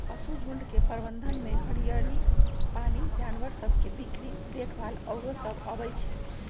पशुझुण्ड के प्रबंधन में हरियरी, पानी, जानवर सभ के बीक्री देखभाल आउरो सभ अबइ छै